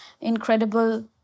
incredible